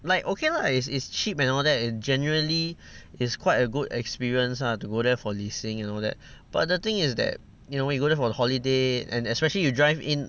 like okay lah is is cheap and all that and generally is quite a good experience lah to go there for 旅行 and all that but the thing is that you know you go there for the holiday and especially you drive in